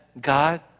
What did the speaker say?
God